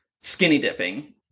skinny-dipping